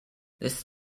this